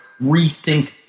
rethink